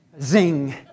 Zing